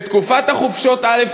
בתקופת החופשות, א.